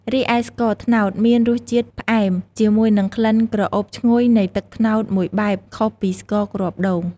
រីឯស្ករត្នោត មានរសជាតិផ្អែមជាមួយនឹងក្លិនក្រអូបឈ្ងុយនៃទឹកត្នោតមួយបែបខុសពីស្ករគ្រាប់ដូង។